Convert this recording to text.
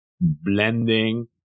blending